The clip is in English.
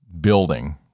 building